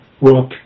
work